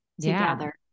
together